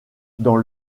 dans